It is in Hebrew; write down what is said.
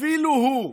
אפילו הוא,